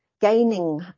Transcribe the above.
gaining